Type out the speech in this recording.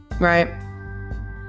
right